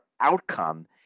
outcome